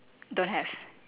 don't have